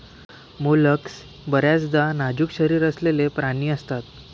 mollusc बर्याचदा नाजूक शरीर असलेले प्राणी असतात